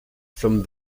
from